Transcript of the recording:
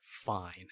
fine-